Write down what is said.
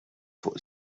fuq